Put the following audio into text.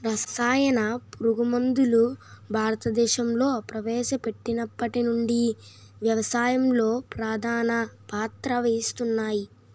రసాయన పురుగుమందులు భారతదేశంలో ప్రవేశపెట్టినప్పటి నుండి వ్యవసాయంలో ప్రధాన పాత్ర వహిస్తున్నాయి